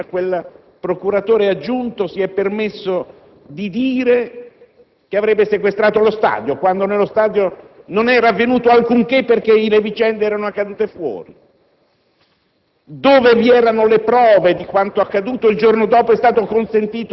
Di fronte al corpo straziato dell'agente di Polizia, quel procuratore aggiunto si è permesso di dire che avrebbe sequestrato lo stadio, quando lì non era avvenuto alcunché, perché le vicende erano accadute fuori.